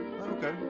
Okay